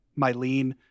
Mylene